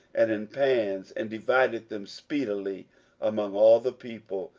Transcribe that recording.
and in pans, and divided them speedily among all the people.